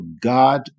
God